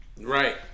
Right